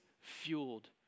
fueled